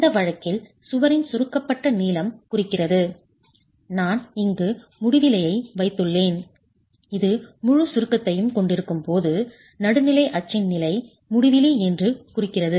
இந்த வழக்கில் சுவரின் சுருக்கப்பட்ட நீளம் குறிக்கிறது நான் இங்கு முடிவிலியை வைத்துள்ளேன் இது முழு சுருக்கத்தை கொண்டிருக்கும் போது நடுநிலை அச்சின் நிலை முடிவிலி என்று குறிக்கிறது